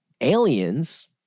Aliens